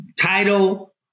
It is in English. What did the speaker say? title